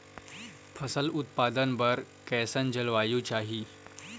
फसल उत्पादन बर कैसन जलवायु चाही?